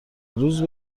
روز